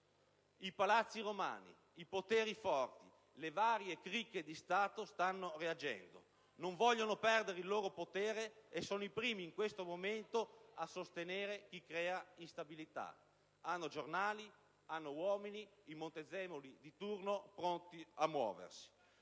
I Palazzi romani, i poteri forti, le varie cricche di Stato stanno reagendo: non vogliono perdere il loro potere e sono i primi in questo momento a sostenere chi crea instabilità. Hanno giornali, uomini, i "Montezemoli" di turno, pronti a muoversi.